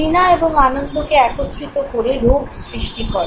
ঘৃণা এবং আনন্দকে একত্রিত করে রোগ সৃষ্টি করে